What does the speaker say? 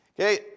okay